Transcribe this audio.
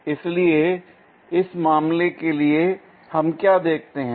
इसलिए इस मामले के लिए हम क्या देखते हैं